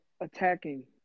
attacking